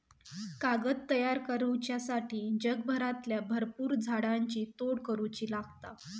कागद तयार करुच्यासाठी जगभरातल्या भरपुर झाडांची तोड करुची लागता